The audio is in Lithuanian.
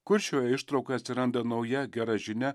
kur šioje ištraukoje atsiranda nauja gera žinia